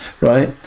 right